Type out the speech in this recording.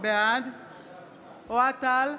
בעד אוהד טל,